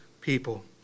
people